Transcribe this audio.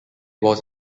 was